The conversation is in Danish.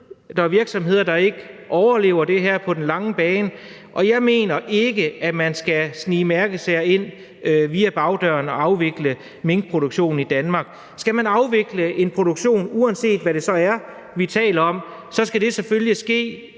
der er virksomheder, der ikke overlever det her på den lange bane, og jeg mener ikke, at man skal snige mærkesager ind via bagdøren og afvikle minkproduktionen i Danmark. Skal man afvikle en produktion, uanset hvad det så er, vi taler om, skal det selvfølgelig ske